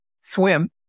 Swim